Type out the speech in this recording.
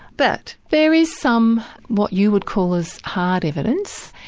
but there is some what you would call as hard evidence,